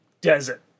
desert